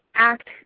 act